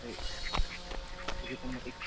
ꯍꯣꯏ ꯑꯗꯨꯒꯤꯗꯃꯛ ꯑꯩ